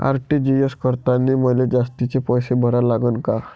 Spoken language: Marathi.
आर.टी.जी.एस करतांनी मले जास्तीचे पैसे भरा लागन का?